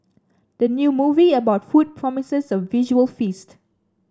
the new movie about food promises a visual feast